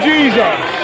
Jesus